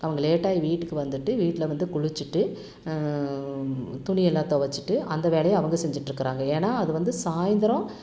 அவங்க லேட்டாக வீட்டுக்கு வந்துவிட்டு வீட்டில் வந்து குளிச்சுட்டு துணி எல்லாம் தொவைச்சுட்டு அந்த வேலைய அவங்க செஞ்சுட்ருக்கிறாங்க ஏன்னா அது வந்து சாயந்தரம்